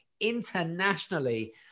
internationally